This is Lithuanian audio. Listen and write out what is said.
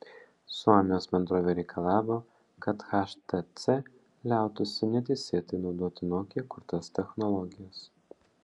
suomijos bendrovė reikalavo kad htc liautųsi neteisėtai naudoti nokia kurtas technologijas